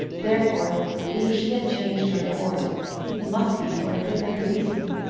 therefore if she had changed her course it must be for a different reason.